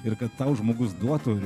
ir kad tau žmogus duotų